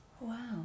Wow